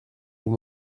vous